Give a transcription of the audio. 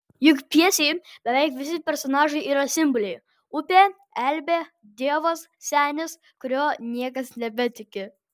juk pjesėje beveik visi personažai yra simboliai upė elbė dievas senis kuriuo niekas nebetiki